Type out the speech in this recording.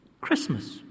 Christmas